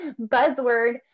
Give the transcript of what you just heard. buzzword